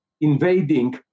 invading